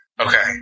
Okay